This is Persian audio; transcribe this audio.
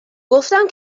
گفتم